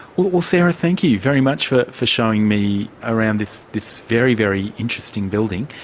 well well sarah, thank you you very much for for showing me around this this very, very interesting building.